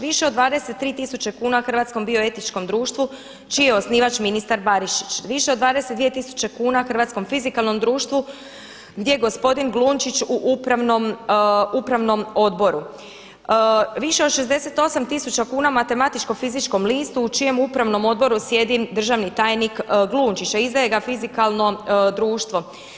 Više od 23 tisuće kuna Hrvatskom bioetičkom društvu čiji je osnivač ministar Barišić, više od 22 tisuće kuna Hrvatskom fizikalnom društvu gdje je gospodin Glunčić u upravnom odboru, više od 68 tisuća kuna Matematičko-fizičkom listu u čijem upravom odboru sjedi državni tajnik Glunčić, a izdaje ga Fizikalno društvo.